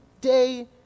day